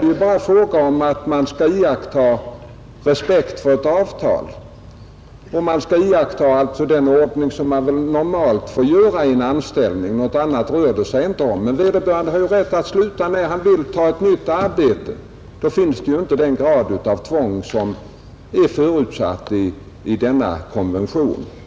Det är bara fråga om att man skall visa respekt för ett avtal och alltså iaktta den ordning som väl normalt gäller i en anställning. Något annat rör det sig inte om. Då finns ju inte den grad av tvång som är förutsatt i denna konvention.